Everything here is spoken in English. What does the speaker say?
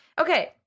Okay